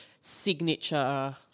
signature